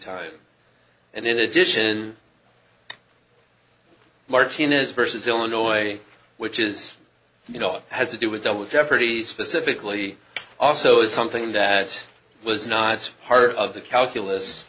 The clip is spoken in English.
time and in addition martinez versus illinois which is you know it has to do with double jeopardy specifically also is something that was not part of the calculus